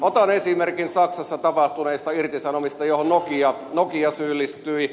otan esimerkin saksassa tapahtuneista irtisanomisista joihin nokia syyllistyi